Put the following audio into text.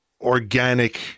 organic